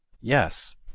yes